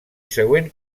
següent